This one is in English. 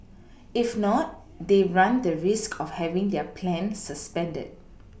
if not they run the risk of having their plan suspended